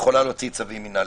יכולה להוציא צווים מינהלים.